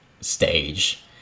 stage